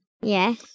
Yes